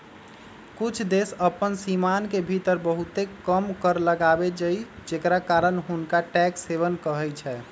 कुछ देश अप्पन सीमान के भीतर बहुते कम कर लगाबै छइ जेकरा कारण हुंनका टैक्स हैवन कहइ छै